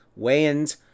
Wayans